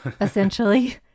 essentially